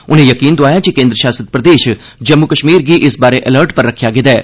उनें यकीन दोआया जे केन्द्र शासित प्रदेश जम्मू कश्मीर गी इस बारै अलर्ट पर रक्खेआ गेदा ऐ